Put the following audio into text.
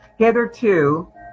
Hitherto